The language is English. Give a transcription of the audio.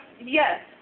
yes